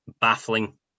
Baffling